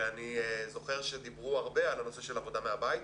ואני זוכר שדיברו הרבה על הנושא של עבודה מהבית,